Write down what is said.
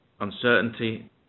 uncertainty